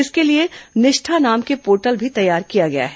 इसके लिए निष्ठा नाम से पोर्टल भी तैयार किया गया है